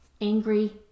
Angry